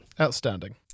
outstanding